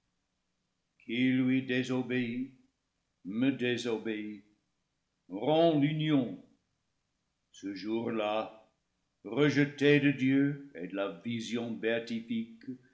désobéit me désobéit rompt l'union ce jource là rejeté de dieu et de la vision